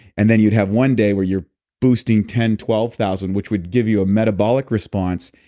and then you'd have one day where you're boosting ten twelve thousand which would give you a metabolic response,